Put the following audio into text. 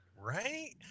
Right